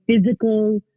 physical